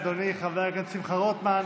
אדוני חבר הכנסת שמחה רוטמן.